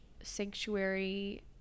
sanctuary